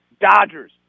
Dodgers